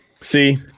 See